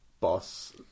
boss